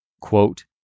quote